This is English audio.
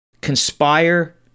conspire